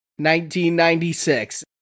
1996